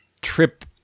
trip